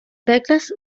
beques